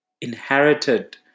inherited